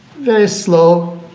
very slow,